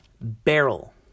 barrel